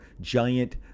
giant